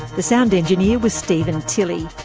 the sound engineer was stephen tilley.